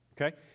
Okay